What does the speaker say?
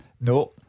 No